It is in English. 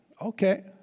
Okay